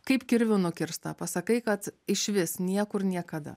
kaip kirviu nukirsta pasakai kad išvis niekur niekada